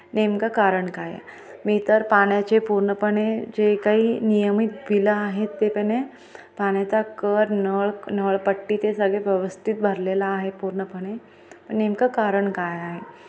नेमकं कारण काय आहे मी तर पाण्याचे पूर्णपणे जे काही नियमित विलं आहेत ते पणे पाण्याचा कर नळ नळपट्टी ते सगळे व्यवस्थित भरलेला आहे पूर्णपणे प नेमकं कारण काय आहे